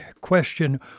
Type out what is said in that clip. question